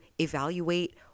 evaluate